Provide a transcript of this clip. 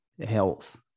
health